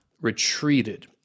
retreated